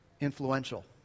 influential